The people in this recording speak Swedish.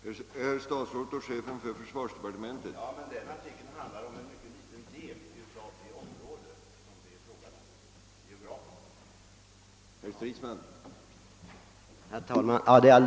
Herr talman! Det är alldeles riktigt, herr försvarsminister, men det var just den lilla delen som min interpellation avsåg.